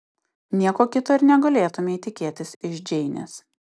nieko kito ir negalėtumei tikėtis iš džeinės